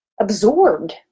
absorbed